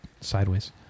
sideways